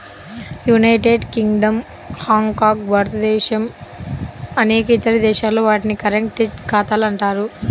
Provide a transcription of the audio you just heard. United Kingdom, Hong Kong, భారతదేశం అనేక ఇతర దేశాల్లో, వాటిని కరెంట్, చెక్ ఖాతాలు అంటారు